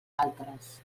altres